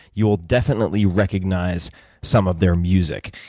you will definitely recognize some of their music.